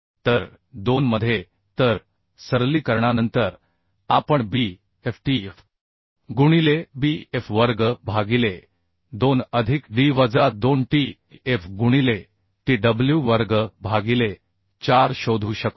तर 2 मध्ये तर सरलीकरणानंतर आपण b f t f गुणिले b f वर्ग भागिले 2 अधिक d वजा 2 t f गुणिले t डब्ल्यू वर्ग भागिले 4 शोधू शकतो